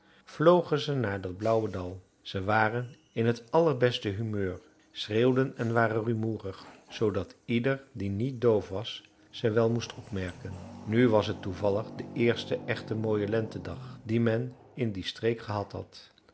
vlogen ze naar dat blauwe dal ze waren in t allerbeste humeur schreeuwden en waren rumoerig zoodat ieder die niet doof was ze wel moest opmerken nu was het toevallig de eerste echt mooie lentedag dien men in die streek gehad had